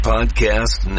Podcast